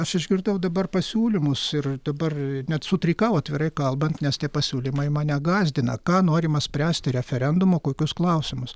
aš išgirdau dabar pasiūlymus ir dabar net sutrikau atvirai kalbant nes tie pasiūlymai mane gąsdina ką norima spręsti referendumu kokius klausimus